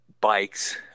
bikes